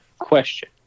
question